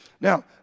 Now